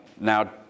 Now